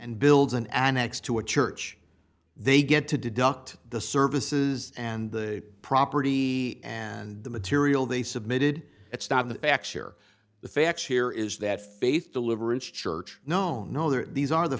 and builds an annex to a church they get to deduct the services and the property and the material they submitted it's not the facts or the facts here is that faith deliverance church no no there are these are the